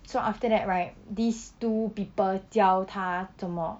so after that right these two people 教他怎么